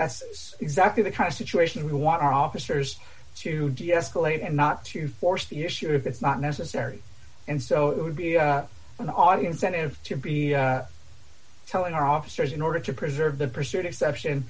that's exactly the kind of situation we want our officers to deescalate and not to force the issue if it's not necessary and so it would be an audience and to be telling our officers in order to preserve the pursuit exception